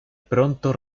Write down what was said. pronto